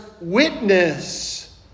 witness